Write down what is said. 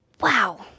Wow